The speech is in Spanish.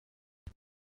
cada